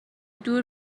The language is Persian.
دور